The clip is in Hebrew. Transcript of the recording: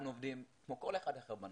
אנחנו עובדים כמו כל אחד אחר בנמל,